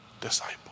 disciple